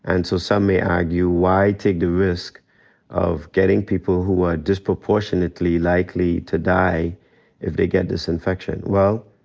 and so some may argue, why take the risk of getting people who are disproportionately likely to die if they get this infection? well,